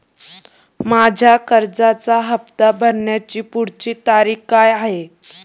माझ्या कर्जाचा हफ्ता भरण्याची पुढची तारीख काय आहे?